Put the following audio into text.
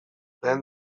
lehen